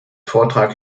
vortrag